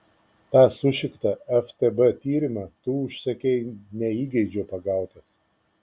tą sušiktą ftb tyrimą tu užsakei ne įgeidžio pagautas